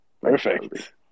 Perfect